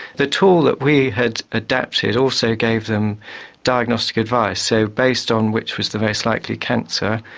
the tool that we had adapted also gave them diagnostic advice. so based on which was the most likely cancer,